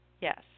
Yes